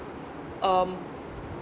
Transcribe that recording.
um